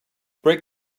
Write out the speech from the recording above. break